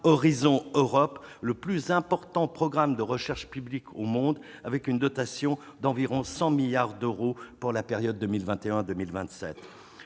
Horizon Europe, le plus important programme de recherche publique au monde, doté d'environ 100 milliards d'euros pour la période 2021-2027.